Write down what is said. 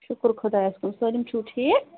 شُکُر خۄدایس کُن سٲلِم چھِو ٹھیٖک